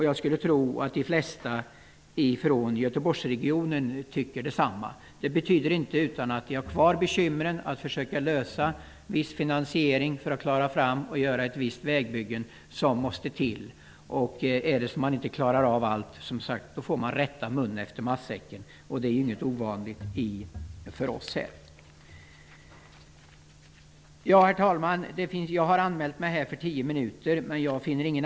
Jag tror att de flesta från Göteborgsregionen tycker detsamma. Bekymren att försöka lösa finansieringen av vissa vägbyggen finns kvar. Om man inte klarar av allt får man rätta mun efter matsäcken. Det är ju inte något ovanligt för oss här. Herr talman! Jag har anmält mig för att tala i tio minuter.